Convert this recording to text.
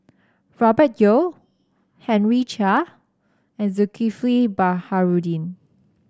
Robert Yeo Henry Chia and Zulkifli Baharudin